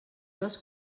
dels